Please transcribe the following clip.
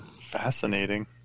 Fascinating